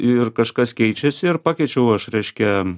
ir kažkas keičiasi ir pakeičiau aš reiškia